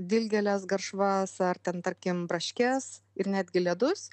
dilgėles garšvas ar ten tarkim braškes ir netgi ledus